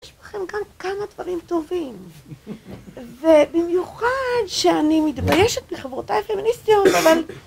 יש לכם כאן כמה דברים טובים ובמיוחד שאני מתביישת מחברותיי הפמיניסטיות